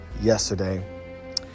yesterday